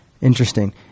Interesting